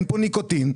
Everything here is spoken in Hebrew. אין ניקוטין,